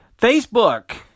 Facebook